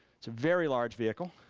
very large vehicle.